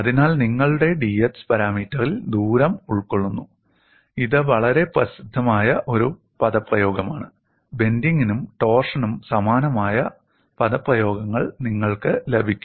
അതിനാൽ നിങ്ങളുടെ ഡിഎക്സ് പാരാമീറ്ററിൽ ദൂരം ഉൾക്കൊള്ളുന്നു ഇത് വളരെ പ്രസിദ്ധമായ ഒരു പദപ്രയോഗമാണ് ബെൻഡിങ്നും ടോർഷനും സമാനമായ പദപ്രയോഗങ്ങൾ നിങ്ങൾക്ക് ലഭിക്കും